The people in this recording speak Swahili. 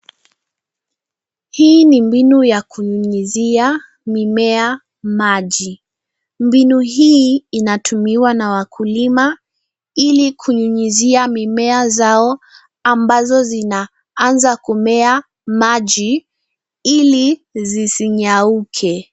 Hii ni mbinu ya kunyunyuzia mimea maji. Mbinu hii inatumiwa na wakulima ili kunyunyuzia mimea zao ambazo zinaanza kumea maji ili zisinyauke.